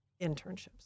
internships